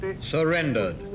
surrendered